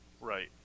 Right